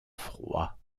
froids